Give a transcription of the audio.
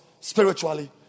spiritually